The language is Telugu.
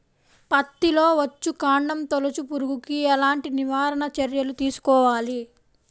పత్తిలో వచ్చుకాండం తొలుచు పురుగుకి ఎలాంటి నివారణ చర్యలు తీసుకోవాలి?